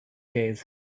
days